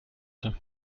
wollte